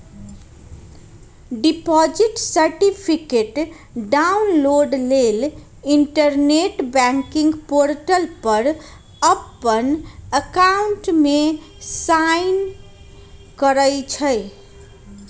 deposit certificate download लेल internet banking portal पर अप्पन अकाउंट में साइन करइ छइ